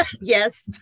Yes